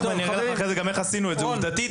למסקנות הוועדה.